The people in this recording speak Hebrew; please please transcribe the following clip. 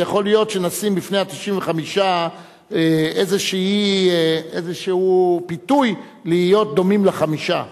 אז יכול להיות שנשים בפני ה-95% איזה פיתוי להיות דומים ל-5%.